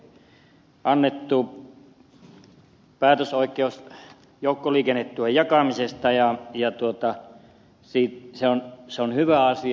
kainuun hallintokokeilussa meille on annettu päätösoikeus joukkoliikennetuen jakamisesta ja se on hyvä asia